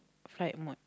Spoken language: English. flight mode